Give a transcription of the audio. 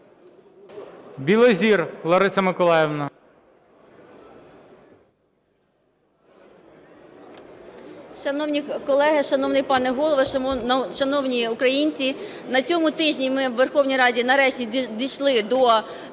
Білозір Лариса Миколаївна.